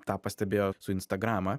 tą pastebėjo su instagrama